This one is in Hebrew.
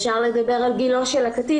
אפשר לדבר על גילו של הקטין.